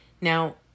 Now